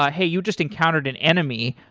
ah hey, you just encountered an enemy,